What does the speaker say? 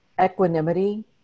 equanimity